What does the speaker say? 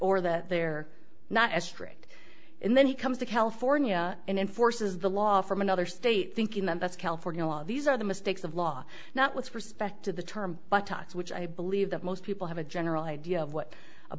or that they're not as strict and then he comes to california and enforces the law from another state thinking them that's california law these are the mistakes of law not with respect to the term by tox which i believe that most people have a general idea of what a